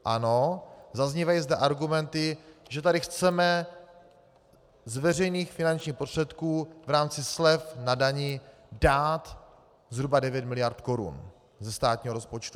Ano, zaznívají zde argumenty, že tady chceme z veřejných finančních prostředků v rámci slev na dani dát zhruba 9 miliard korun ze státního rozpočtu.